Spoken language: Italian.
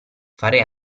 fare